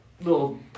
little